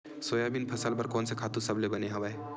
Soybean फसल बर कोन से खातु सबले बने हवय?